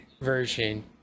version